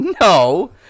no